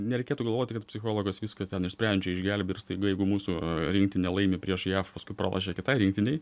nereikėtų galvoti kaip psichologas viską ten išsprendžia išgelbėja ir staiga jeigu mūsų rinktinė laimi prieš jav paskui pralošia kitai rinktinei